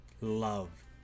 Love